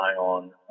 ion